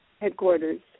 headquarters